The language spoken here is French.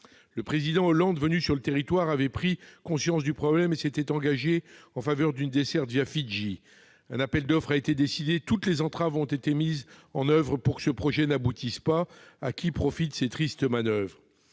Le président François Hollande, en visite sur le territoire, avait pris conscience du problème et s'était engagé en faveur d'une desserte Fidji. Le lancement d'un appel d'offres a été décidé ; toutes les entraves ont été mises en oeuvre pour que ce projet n'aboutisse pas. À qui profitent ces tristes manoeuvres ?